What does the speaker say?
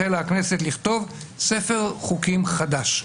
החלה הכנסת לכתוב ספר חוקים חדש.